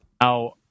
Now